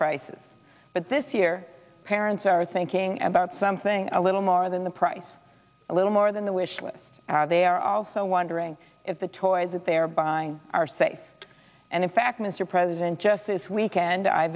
prices but this year parents are thinking about something a little more than the price a little more than the wish with they are also wondering if the toys that they're buying are safe and in fact mr president just this weekend i